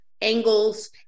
angles